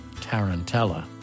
Tarantella